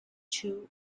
two